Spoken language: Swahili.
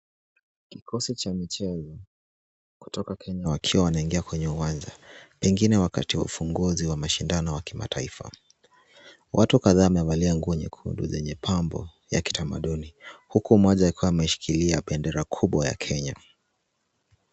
Kikosi cha michezo kutoka Kenya wakiwa wanaingia kwenye uwanja, pengine wakati wa ufunguzi wa mashindano wa kimataifa. Watu kadhaa wamevalia nguo nyekundu zenye pambo ya kitamaduni, huku mmoja akiwa ameshikilia bendera kubwa ya Kenya.